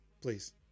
please